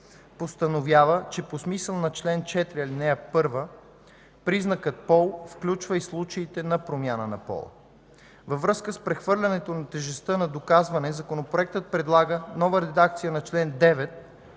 постановява, че по смисъла на чл. 4, ал. 1 признакът „пол” включва и случаите на промяна на пола. Във връзка с прехвърлянето на тежестта на доказване Законопроектът предлага нова редакция на чл. 9